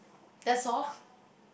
that's all